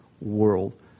world